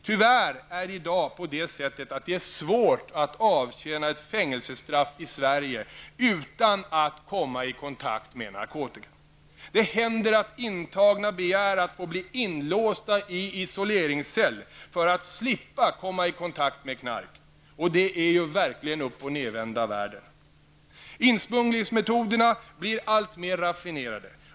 Tyvärr är det i dag på det sättet att det är svårt att avtjäna ett fängelsestraff i Sverige utan att komma i kontakt med narkotika. Det händer att intagna begär att få bli inlåsta i isoleringscell för att slippa komma i kontakt med knark. Och det är ju verkligen uppochnedvända världen. Insmugglingsmetoderna blir alltmer raffinerade.